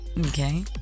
Okay